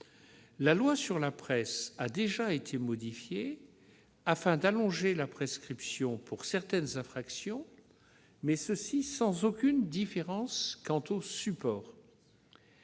La loi sur la presse a déjà été modifiée afin d'allonger la prescription pour certaines infractions, mais sans faire de différence entre les supports.